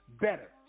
better